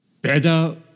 better